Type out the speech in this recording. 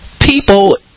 people